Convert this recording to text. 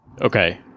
Okay